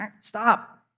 stop